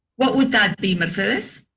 what would that be, mercedes?